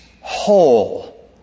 whole